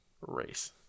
Race